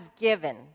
given